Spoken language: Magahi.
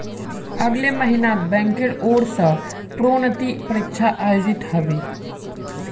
अगले महिनात बैंकेर ओर स प्रोन्नति परीक्षा आयोजित ह बे